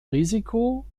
risiko